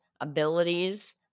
abilities